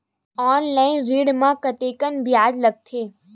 Online ऋण म कतेकन ब्याज लगथे?